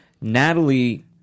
Natalie